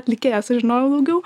atlikėjas aš žinojau daugiau